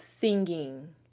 singing